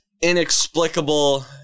inexplicable